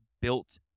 built